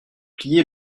plié